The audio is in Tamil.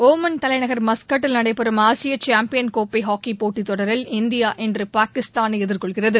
ஒமன் தலைநகர் மஸ்கட்டில் நடைபெறும் ஆசிய சாம்பியன் கோப்பை போட்டி தொடரில் இந்தியா இன்று பாகிஸ்தானை எதிர்கொள்கிறது